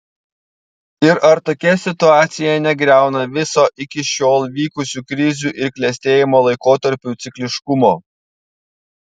ir ar tokia situacija negriauna viso iki šiol vykusių krizių ir klestėjimo laikotarpių cikliškumo